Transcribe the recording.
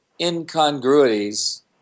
incongruities